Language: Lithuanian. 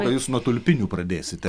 o jūs nuo tulpinių pradėsite